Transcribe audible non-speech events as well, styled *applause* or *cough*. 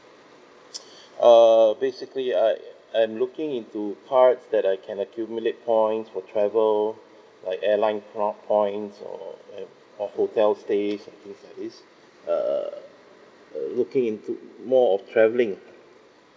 *breath* uh basically err I'm looking into card that I can accumulate points for travel like airline mile points or err or hotel stays something's like this uh uh looking into more of travelling